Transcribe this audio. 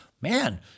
man